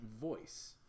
voice